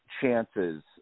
chances